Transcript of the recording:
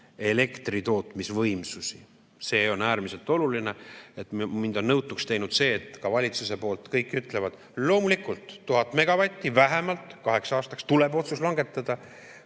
elektritootmisvõimsusi. See on äärmiselt oluline. Mind on nõutuks teinud see, et ka valitsuse poolt kõik ütlevad: loomulikult, 1000 megavatti vähemalt kaheks aastaks, tuleb otsus langetada.